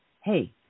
hey